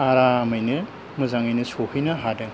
आरामैनो मोजाङैनो सहैनो हादों